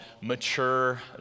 Mature